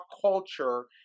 culture